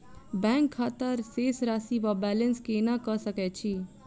Bank खाता शेष राशि वा बैलेंस केना कऽ सकय छी?